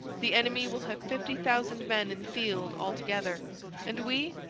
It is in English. the enemy will have fifty thousand men in the field, all together and we,